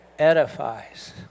edifies